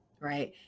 right